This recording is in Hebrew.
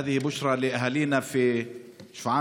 זו בשורה לתושבים שלנו בשפרעם,